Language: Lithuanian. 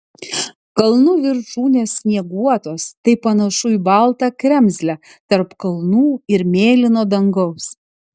kalnų viršūnės snieguotos tai panašu į baltą kremzlę tarp kalnų ir mėlyno dangaus